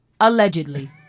allegedly